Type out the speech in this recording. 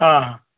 ಹಾಂ